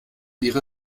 ihre